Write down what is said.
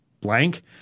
blank